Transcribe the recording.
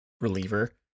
reliever